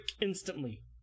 instantly